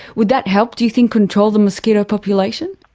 would that help, do you think, control the mosquito population?